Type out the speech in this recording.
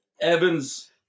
Evans